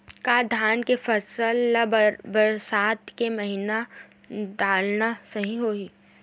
का धान के फसल ल बरसात के महिना डालना सही होही?